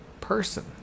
person